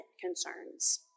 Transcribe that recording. concerns